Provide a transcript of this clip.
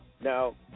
Now